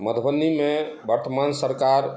मधुबनीमे वर्तमान सरकार